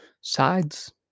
sides